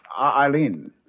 Eileen